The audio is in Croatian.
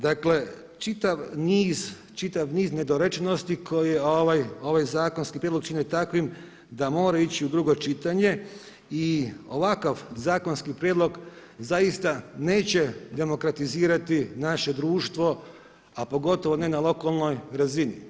Dakle čitav niz nedorečenosti koje ovaj zakonski prijedlog čine takvim da mora ići u drugo čitanje i ovakav zakonski prijedlog zaista neće demokratizirati naše društvo, a pogotovo ne na lokalnoj razini.